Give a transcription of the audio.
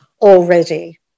already